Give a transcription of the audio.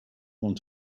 want